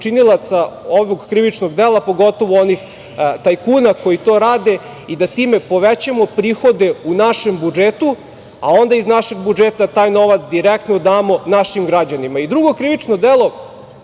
učinilaca ovog krivičnog dela, pogotovo onih tajkuna koji to rade i da time povećamo prihode u našem budžetu, a onda iz našeg budžeta da taj novac direktno damo naših građanima. Drugo krivično delo